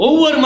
Over